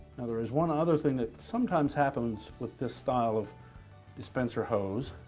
there is one other thing that sometimes happens with this style of dispenser hose.